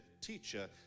teacher